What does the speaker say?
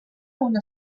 una